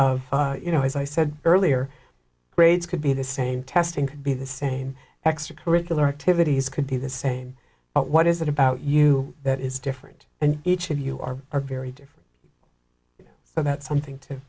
of you know as i said earlier grades could be the same testing could be the same extra curricular activities could be the same but what is it about you that is different and each of you are are very different about something to